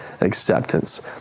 acceptance